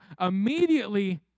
immediately